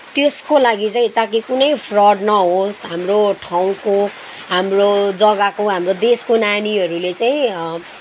त्यसको लागि चाहिँ ताकि कुनै फ्रड नहोस् हाम्रो ठाउँको हाम्रो जग्गाको हाम्रो देशको नानीहरूले चाहिँ